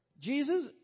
Jesus